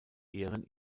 ehren